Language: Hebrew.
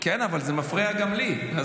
כן, אבל זה מפריע גם לי.